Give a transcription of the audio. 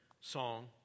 song